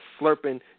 slurping